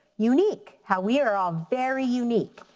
unique. how we are all very unique.